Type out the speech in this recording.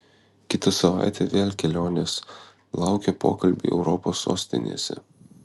kitą savaitę vėl kelionės laukia pokalbiai europos sostinėse